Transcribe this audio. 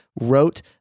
wrote